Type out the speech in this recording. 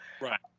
Right